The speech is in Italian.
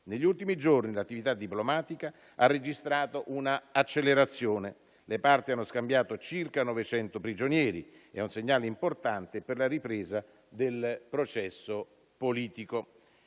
Negli ultimi giorni l'attività diplomatica ha registrato un'accelerazione; le parti hanno scambiato circa 900 prigionieri: è un segnale importante per la ripresa del processo politico.